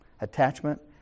Attachment